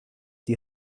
die